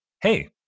hey